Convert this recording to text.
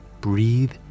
Breathe